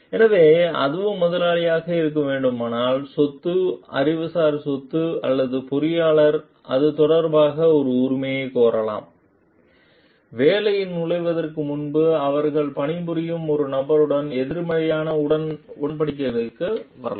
எனவே அதுவும் முதலாளிகளாக இருக்க வேண்டுமானால் சொத்து அறிவுசார் சொத்து அல்லது பொறியியலாளர் அது தொடர்பாக ஒரு உரிமையைக் கோரலாம் வேலையில் நுழைவதற்கு முன்பு அவர்கள் பணிபுரியும் ஒரு நபருடன் நேர்மறையான உடன்படிக்கைக்கு வர வேண்டும்